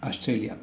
Australia